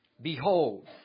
behold